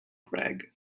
gregg